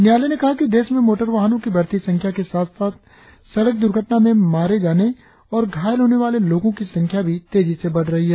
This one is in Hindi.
न्यायालय ने कहा कि देश में मोटर वाहनों की बढ़ती संख्या के साथ सड़क दुर्घटना में मारे जाने और घायल होने वालों की संख्या भी तेजी से बढ़ रही है